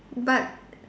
but